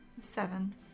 Seven